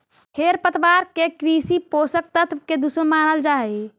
खेरपतवार के कृषि पोषक तत्व के दुश्मन मानल जा हई